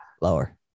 lower